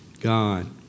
God